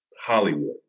Hollywood